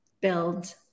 build